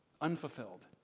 unfulfilled